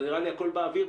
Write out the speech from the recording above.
זה נראה לי הכול באוויר,